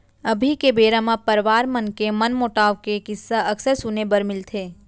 अभी के बेरा म परवार मन के मनमोटाव के किस्सा अक्सर सुने बर मिलथे